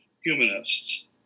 humanists